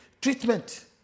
treatment